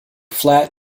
flat